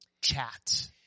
chat